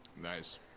Nice